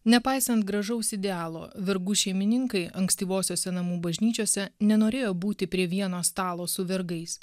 nepaisant gražaus idealo vergų šeimininkai ankstyvosiose namų bažnyčiose nenorėjo būti prie vieno stalo su vergais